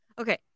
Okay